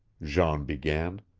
jean began,